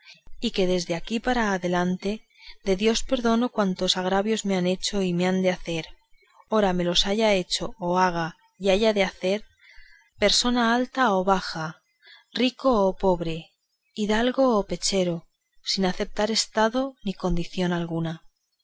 y que desde aquí para delante de dios perdono cuantos agravios me han hecho y han de hacer ora me los haya hecho o haga o haya de hacer persona alta o baja rico o pobre hidalgo o pechero sin eceptar estado ni condición alguna